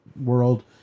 world